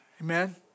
Amen